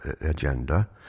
agenda